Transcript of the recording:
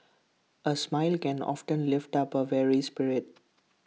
A smile can often lift up A weary spirit